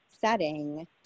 setting